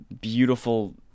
beautiful